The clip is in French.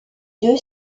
deux